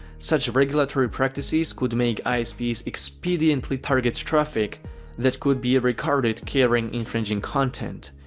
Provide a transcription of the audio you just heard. such regulatory practices could make isps expediently target traffic that could be regarded carrying infringing content.